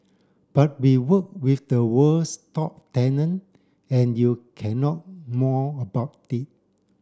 but we work with the world's top talent and you cannot moan about it